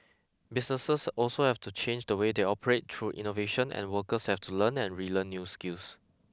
businesses also have to change the way they operate through innovation and workers have to learn and relearn new skills